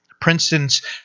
Princeton's